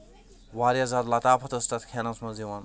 واریاہ زیادٕ لَطافت ٲس تَتھ کھٮ۪نَس منٛز یِون